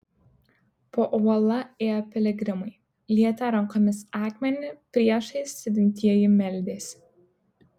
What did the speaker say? po uola ėjo piligrimai lietė rankomis akmenį priešais sėdintieji meldėsi